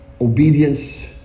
obedience